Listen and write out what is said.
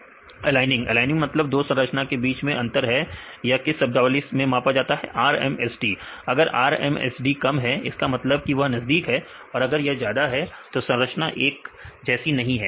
विद्यार्थी aligning aligning मतलब दो संरचना के बीच में कितना अंतर है तो यह किस शब्दावली से मापा जाता है विद्यार्थी RMSD अगर RMSD कम है इसका मतलब वह नजदीक है और अगर यह ज्यादा है तो संरचना एक जैसी नहीं है